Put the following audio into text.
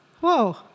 Whoa